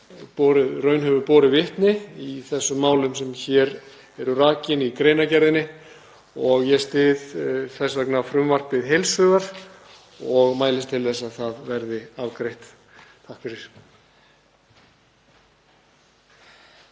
raun hefur borið vitni í þessum málum sem hér eru rakin í greinargerðinni. Ég styð þess vegna frumvarpið heils hugar og mælist til þess að það verði afgreitt. SPEECH_END